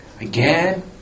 Again